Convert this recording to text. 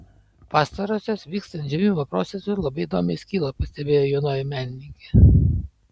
pastarosios vykstant džiūvimo procesui labai įdomiai skyla pastebėjo jaunoji menininkė